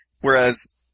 whereas